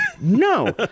No